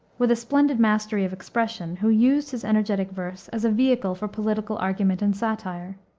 with a splendid mastery of expression, who used his energetic verse as a vehicle for political argument and satire.